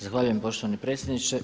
Zahvaljujem poštovani predsjedniče.